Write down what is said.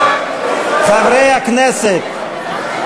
חברי הכנסת.